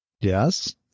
Yes